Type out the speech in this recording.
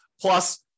Plus